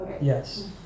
Yes